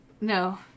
no